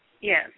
Yes